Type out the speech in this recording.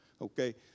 okay